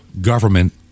government